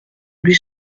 lui